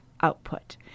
output